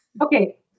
Okay